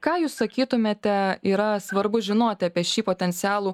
ką jūs sakytumėte yra svarbu žinoti apie šį potencialų